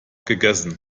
gegessen